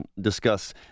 discuss